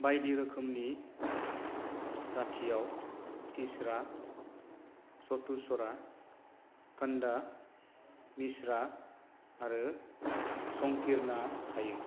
बायदि रोखोमनि जाथियाव तिसरा चथुसरा खन्डा मिश्रा आरो संकीरना थायो